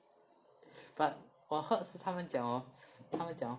but 我 heard 是他们讲 hor 他们讲 hor